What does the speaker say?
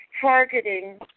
targeting